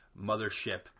mothership